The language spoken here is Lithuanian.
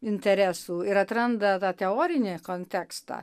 interesų ir atranda tą teorinį kontekstą